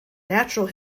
natural